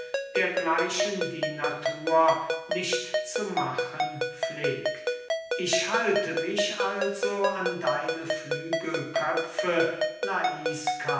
dergleichen die natur nicht zu machen pflegt ich halte mich also an deine